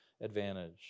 advantage